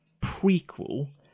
prequel